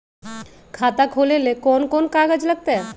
खाता खोले ले कौन कौन कागज लगतै?